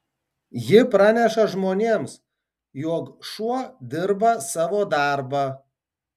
ji praneša žmonėms jog šuo dirba savo darbą